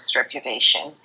reputation